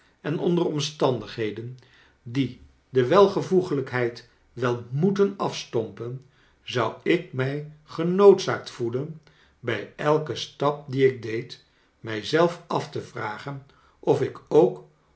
en onder omstandigheden die de welvoegelijkheid wel moeten afstompen zou ik mij genoodzaakt voelen bij elk en stap dien ik deed mij zelf af te vragen of ik ook